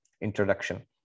introduction